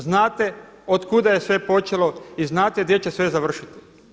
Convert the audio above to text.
Znate od kuda je sve počelo i znate gdje će sve završiti.